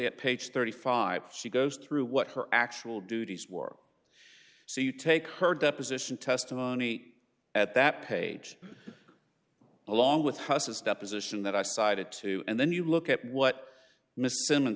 at page thirty five she goes through what her actual duties war so you take her deposition testimony at that page along with houses deposition that i cited too and then you look at what miss